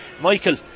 Michael